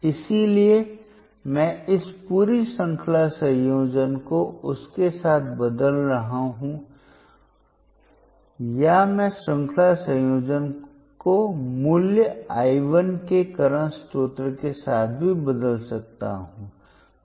इसलिए मैं इस पूरी श्रृंखला संयोजन को उसके साथ बदल रहा हूं या मैं श्रृंखला संयोजन को मूल्य I 1 के करंट स्रोत के साथ भी बदल सकता हूं